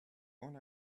own